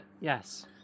Yes